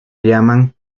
llaman